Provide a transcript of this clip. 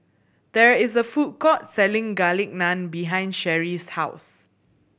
there is a food court selling Garlic Naan behind Sherri's house